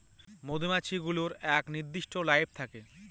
মধুমাছি গুলোর এক নির্দিষ্ট লাইফ থাকে